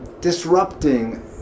disrupting